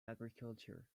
agriculture